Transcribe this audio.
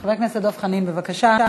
חבר כנסת דב חנין, בבקשה.